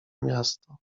miasto